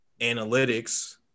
analytics